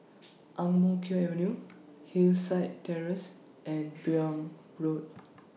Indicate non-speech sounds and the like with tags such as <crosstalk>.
<noise> Ang Mo Kio Avenue Hillside Terrace and <noise> Buyong Road